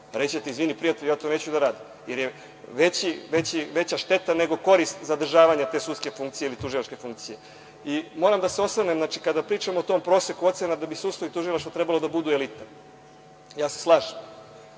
ćete, izvini prijatelju ja to neću da radim, jer je veća šteta nego korist zadržavanje te sudske funkcije ili tužilačke funkcije. Moram da se osvrnem, kada pričamo o tom proseku ocena da bi sudstvo i tužilaštvo trebalo da budu elite. Slažem